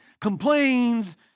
complains